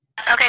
Okay